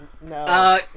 No